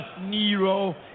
Nero